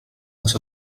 les